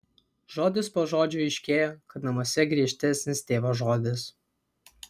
žodis po žodžio aiškėjo kad namuose griežtesnis tėvo žodis